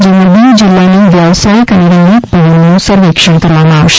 જેમાં દીવ જીલ્લાના વ્યવસાયિક અને રહેણાંક ભવનોનું સર્વેક્ષણ કરવામાં આવશે